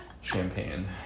champagne